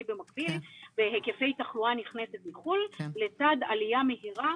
במקביל בהיקפי התחלואה הנכנסת מחו"ל לצד עלייה מהירה